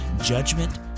judgment